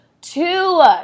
two